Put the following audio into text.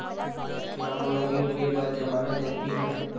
का मोला ऋण ले बर जमानत जरूरी हवय?